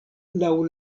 laŭ